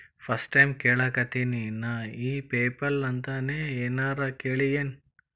First time ಕೇಳಾಕತೇನಿ ನಾ ಇ ಪೆಪಲ್ ಅಂತ ನೇ ಏನರ ಕೇಳಿಯೇನ್?